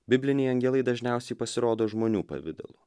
bibliniai angelai dažniausiai pasirodo žmonių pavidalu